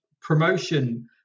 promotion